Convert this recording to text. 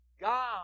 God